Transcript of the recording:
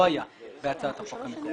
לא היה בהצעת החוק הממשלתית.